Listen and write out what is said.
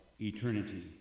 eternity